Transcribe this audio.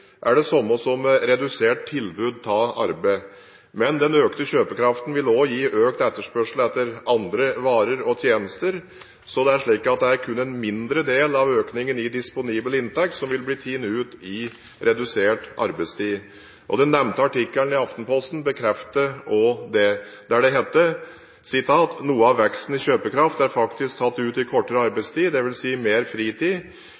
er det samme som redusert tilbud av arbeid. Men den økte kjøpekraften vil også gi økt etterspørsel etter andre varer og tjenester, så det er kun en mindre del av økningen i disponibel inntekt som vil bli tatt ut i redusert arbeidstid. Den nevnte artikkelen i Aftenposten bekrefter også dette: «Noe av veksten i kjøpekraft er faktisk tatt ut i kortere arbeidstid, det vil si mer fritid.